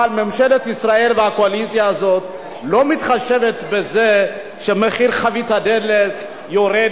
אבל ממשלת ישראל והקואליציה הזאת לא מתחשבות בזה שמחיר חבית הדלק יורד